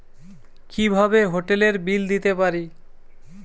কিভাবে হোটেলের বিল দিতে পারি?